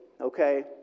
Okay